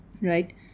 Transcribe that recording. Right